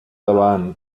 davant